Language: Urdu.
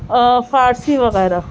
اور فارسی وغیرہ